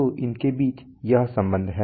तो इनके बीच यह संबंध है